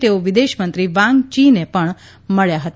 તેઓ વિદેશમંત્રી વાંગ ચીને પણ મળ્યા હતા